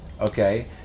okay